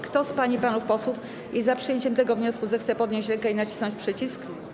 Kto z pań i panów posłów jest za przyjęciem tego wniosku, zechce podnieść rękę i nacisnąć przycisk.